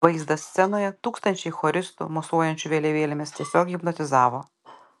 vaizdas scenoje tūkstančiai choristų mosuojančių vėliavėlėmis tiesiog hipnotizavo